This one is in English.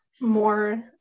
more